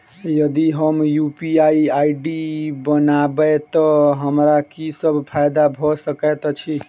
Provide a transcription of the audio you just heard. यदि हम UPI ID बनाबै तऽ हमरा की सब फायदा भऽ सकैत अछि?